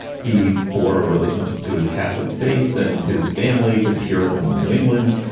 he bore a relationship to his catholic faith and his family, to puritan new england,